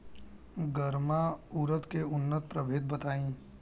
गर्मा उरद के उन्नत प्रभेद बताई?